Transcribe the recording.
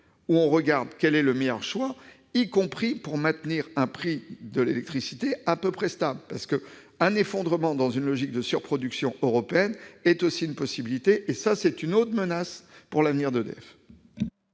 afin de déterminer le meilleur choix, y compris pour maintenir un prix de l'électricité à peu près stable. En effet, un effondrement dans une logique de surproduction européenne est aussi une possibilité, et cela représente une autre menace pour l'avenir d'EDF.